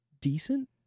decent